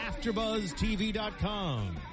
AfterBuzzTV.com